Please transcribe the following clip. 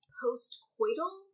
post-coital